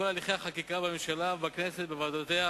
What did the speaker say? הליכי החקיקה בממשלה ובכנסת ובוועדותיה